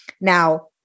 Now